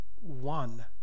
one